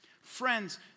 Friends